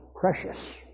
precious